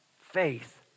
Faith